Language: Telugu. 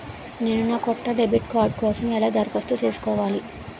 నేను నా కొత్త డెబిట్ కార్డ్ కోసం ఎలా దరఖాస్తు చేసుకోవాలి?